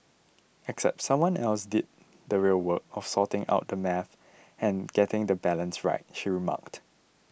except someone else did the real work of sorting out the maths and getting the balance right she remarked